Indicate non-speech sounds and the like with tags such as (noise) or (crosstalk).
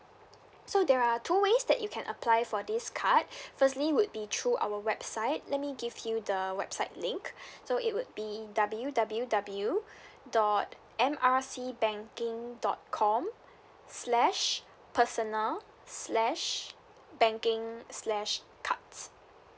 so there are two ways that you can apply for this card (breath) firstly would be through our website let me give you the website link (breath) so it would be W W W (breath) dot M R C banking dot com slash personal slash banking slash cards